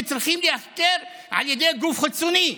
שצרכים להיחקר על ידי גוף חיצוני,